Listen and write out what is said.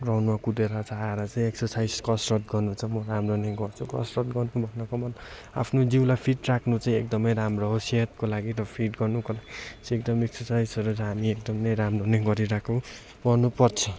ग्राउन्डमा कुदेर चाहिँ आएर चाहिँ एक्सरसाइज कसरत गर्नु चाहिँ म राम्रो नै गर्छु कसरत गर्नु भन्नुको मतलब आफ्नो जिउलाई फिट राख्नु चाहिँ एकदमै राम्रो हो सेहतको लागि र फिट गर्नुको लागि चाहिँ एकदमै एक्सरसाइजहरू चाहिँ हामी एकदमै राम्रो नै गरिरहेको गर्नुपर्छ